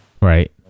right